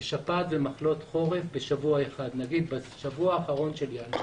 בשפעת ובמחלות חורף, נגיד בשבוע האחרון של ינואר.